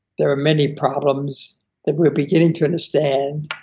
there are many problems that we're beginning to understand,